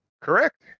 correct